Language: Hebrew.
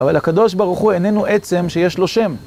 אבל הקדוש ברוך הוא איננו עצם שיש לו שם.